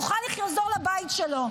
יוכל לחזור לבית שלו?